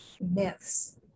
myths